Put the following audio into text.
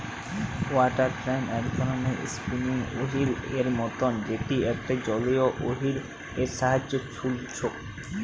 water frame এক ধরণের spinning wheel এর মতন যেটি একটা জলীয় ওহীল এর সাহায্যে ছলছু